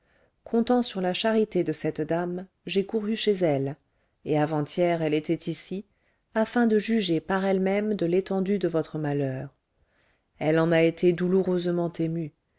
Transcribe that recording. comptant sur la charité de cette dame j'ai couru chez elle et avant-hier elle était ici afin de juger par elle-même de l'étendue de votre malheur elle en a été douloureusement émue